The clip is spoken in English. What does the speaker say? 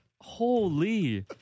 Holy